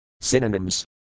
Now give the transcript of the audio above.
Synonyms